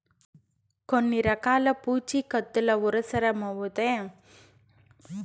కొన్ని రకాల పూఛీకత్తులవుసరమవుతే అలాంటి రునాల్ని భద్రతా రుణాలంటారు